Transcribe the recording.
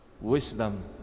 wisdom